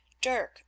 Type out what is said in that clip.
Dirk